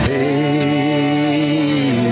Hey